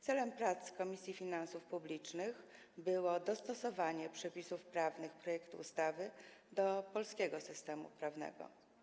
Celem prac Komisji Finansów Publicznych było dostosowanie przepisów prawnych projektu ustawy do polskiego systemu prawnego.